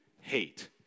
hate